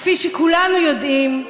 כפי שכולנו יודעים,